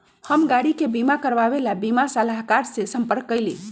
हम गाड़ी के बीमा करवावे ला बीमा सलाहकर से संपर्क कइली